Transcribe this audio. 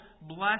bless